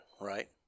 right